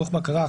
דוח בקרה),